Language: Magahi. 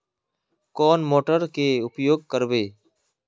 कौन मोटर के उपयोग करवे?